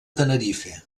tenerife